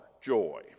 Joy